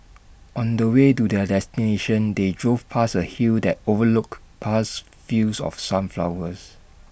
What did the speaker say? on the way to their destination they drove past A hill that overlooked vast fields of sunflowers